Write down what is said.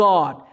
God